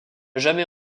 jamais